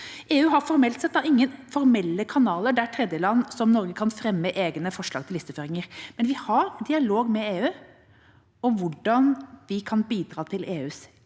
EU har formelt sett ingen kanaler der tredjeland som Norge kan fremme egne forslag til listeføringer, men vi har dialog med EU om hvordan vi kan bidra til EUs